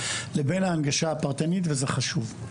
לבין ההנגשה הפרטנית וזה חשוב.